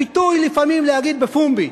הפיתוי לפעמים להגיד בפומבי,